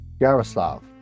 Yaroslav